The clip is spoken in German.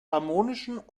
harmonischen